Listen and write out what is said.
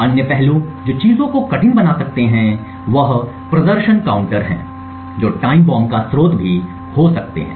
अन्य पहलू जो चीजों को कठिन बना सकते हैं प्रदर्शन काउंटर हैं जो टाइम बम का स्रोत भी हो सकते हैं